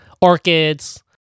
orchids